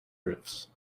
drifts